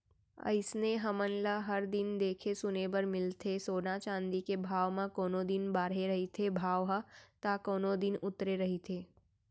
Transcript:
अइसने हमन ल हर दिन देखे सुने बर मिलथे सोना चाँदी के भाव म कोनो दिन बाड़हे रहिथे भाव ह ता कोनो दिन उतरे रहिथे